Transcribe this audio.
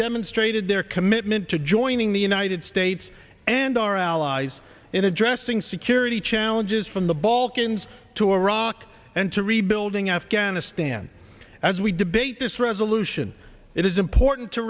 demonstrated their commitment to joining the united states and our allies in addressing security challenges from the balkans to iraq and to rebuilding afghanistan as we debate this resolution it is important to